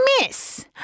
miss